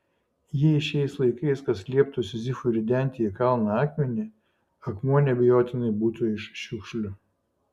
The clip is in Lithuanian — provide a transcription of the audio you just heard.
jei šiais laikais kas lieptų sizifui ridenti į kalną akmenį akmuo neabejotinai būtų iš šiukšlių